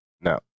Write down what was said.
No